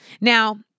Now